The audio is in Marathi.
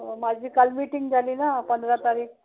हो माझी काल मीटिंग झाली ना पंधरा तारीख